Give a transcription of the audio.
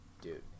Dude